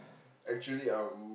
actually I'm